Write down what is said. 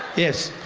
yes.